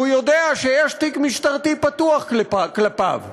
כי הוא יודע שיש תיק משטרתי פתוח כלפיו.